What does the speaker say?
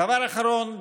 דבר אחרון,